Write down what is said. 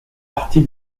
partie